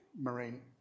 Marine